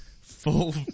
full